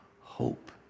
hope